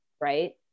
right